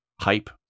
hype